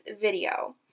video